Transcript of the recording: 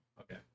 okay